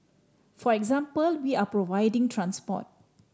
for example we are providing transport